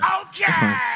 Okay